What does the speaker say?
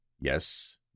yes